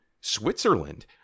Switzerland